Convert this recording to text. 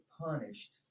punished